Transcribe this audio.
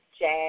jazz